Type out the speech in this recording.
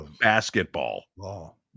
basketball